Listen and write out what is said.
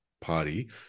party